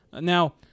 Now